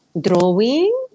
drawing